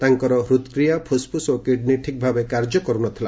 ତାଙ୍କର ହୃଦ୍କ୍ରିୟା ଫୁସ୍ଫୁସ୍ ଓ କିଡ୍ନୀ ଠିକ୍ ଭାବେ କାର୍ଯ୍ୟ କରୁ ନ ଥିଲା